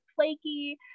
flaky